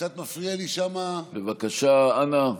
קצת מפריע לי שם, בבקשה, אנא.